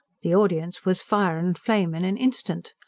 the audience was fire and flame in an instant.